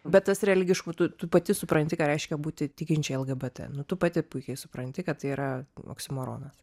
bet tas relgišku tu tu pati supranti ką reiškia būti tikinčiai lgbt nu tu pati puikiai supranti kad tai yra oksimoronas